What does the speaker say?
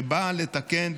שבאה לתקן,